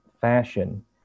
fashion